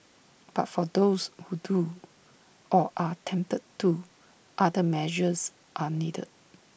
but for those who do or are tempted to other measures are needed